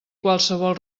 qualsevol